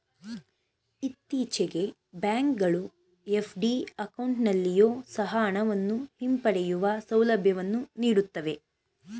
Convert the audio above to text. ಇತ್ತೀಚೆಗೆ ಬ್ಯಾಂಕ್ ಗಳು ಎಫ್.ಡಿ ಅಕೌಂಟಲ್ಲಿಯೊ ಸಹ ಹಣವನ್ನು ಹಿಂಪಡೆಯುವ ಸೌಲಭ್ಯವನ್ನು ನೀಡುತ್ತವೆ